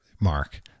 mark